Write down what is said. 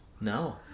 no